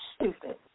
stupid